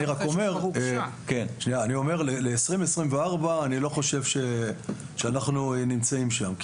אני אומר של-2024 אני לא חושב שאנחנו נמצאים שם.